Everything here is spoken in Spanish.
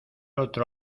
otro